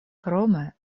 krome